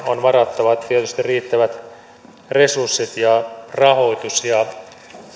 on varattava tietysti riittävät resurssit ja rahoitus ja